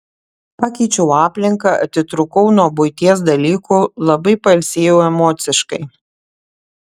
pakeičiau aplinką atitrūkau nuo buities dalykų labai pailsėjau emociškai